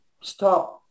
stop